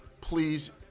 please